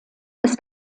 ist